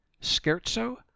scherzo